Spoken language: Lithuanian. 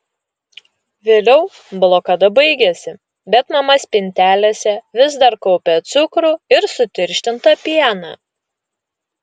vėliau blokada baigėsi bet mama spintelėse vis dar kaupė cukrų ir sutirštintą pieną